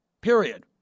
period